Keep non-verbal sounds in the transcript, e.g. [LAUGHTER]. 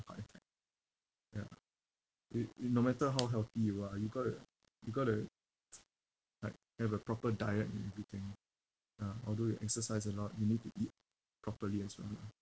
heart attack ya you no matter how healthy you are you've got to you've got to [NOISE] like have a proper diet and everything ah ah although you exercise or not you need to eat properly as well lah